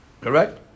correct